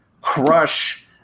crush